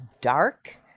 dark